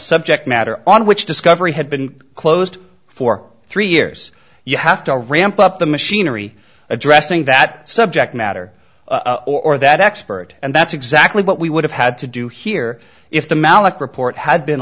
subject matter on which discovery had been closed for three years you have to ramp up the machinery addressing that subject matter or that expert and that's exactly what we would have had to do here if the malik report had been